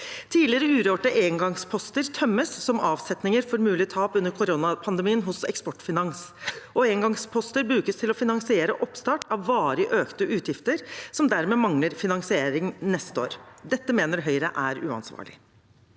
Tidligere urørte engangsposter tømmes, som avsetninger for mulige tap under koronapandemien hos Eksportfinans, og engangsposter brukes til å finansiere oppstart av varig økte utgifter, som dermed mangler finansiering neste år. Dette mener Høyre er uansvarlig.